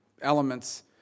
elements